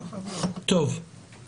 אנחנו